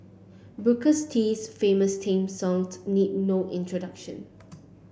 booker's T's famous theme songs need no introduction